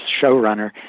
showrunner